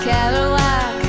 Cadillac